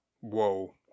Whoa